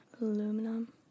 Aluminum